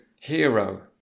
hero